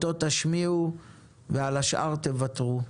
אותו תשמיעו ועל השאר תוותרו.